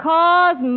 Cause